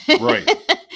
Right